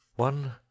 one